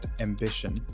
ambition